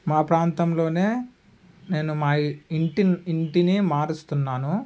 మా ప్రాంతంలోనే నేను మా ఇంటి ఇంటిని మారుస్తున్నాను